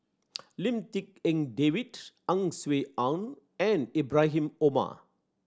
Lim Tik En David Ang Swee Aun and Ibrahim Omar